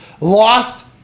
lost